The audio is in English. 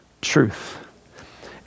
truth